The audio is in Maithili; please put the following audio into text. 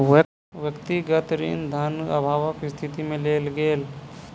व्यक्तिगत ऋण धन अभावक स्थिति में लेल गेल